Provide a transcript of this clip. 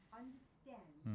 understand